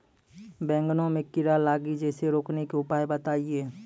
बैंगन मे कीड़ा लागि जैसे रोकने के उपाय बताइए?